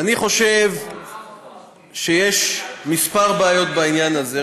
אני חושב שיש כמה בעיות בעניין הזה.